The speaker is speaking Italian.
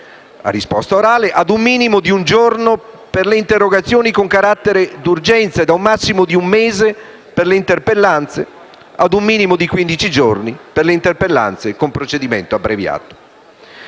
a riposta orale, ad un minino di un giorno per le interrogazioni con carattere d'urgenza, e da un massimo di un mese, per le interpellanze, ad un minimo di 15 giorni, per le interpellanze con procedimento abbreviato;